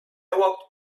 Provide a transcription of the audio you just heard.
walked